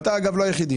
אגב, הוא לא היחידי.